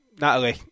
Natalie